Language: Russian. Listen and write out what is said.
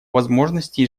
возможности